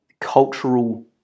Cultural